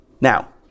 Now